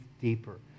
deeper